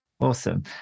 Awesome